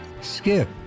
Skip